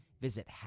Visit